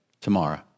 tomorrow